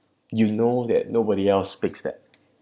you know that nobody else speaks that